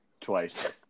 Twice